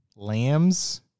Lambs